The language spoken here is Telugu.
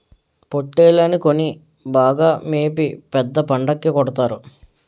పోట్టేల్లని కొని బాగా మేపి పెద్ద పండక్కి కొడతారు